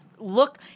Look